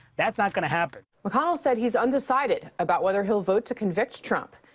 that's not gonna happen. mcconnell said he's undecided about whether he'll vote to convict trump.